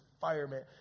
fireman